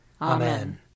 Amen